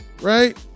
right